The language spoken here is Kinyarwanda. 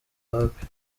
wapi